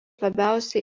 labiausiai